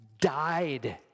died